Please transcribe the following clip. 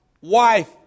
wife